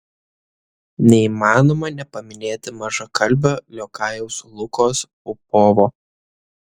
neįmanoma nepaminėti mažakalbio liokajaus lukos popovo